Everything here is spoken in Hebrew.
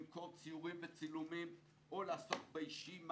למכור ציורים וצילומים או לעסוק באישים.